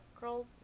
girl